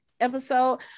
episode-